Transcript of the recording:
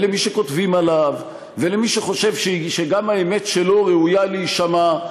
למי שכותבים עליו ולמי שחושב שגם האמת שלו ראויה להישמע,